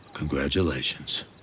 Congratulations